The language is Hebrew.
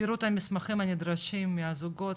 פירוט המסמכים הנדרשים מהזוגות,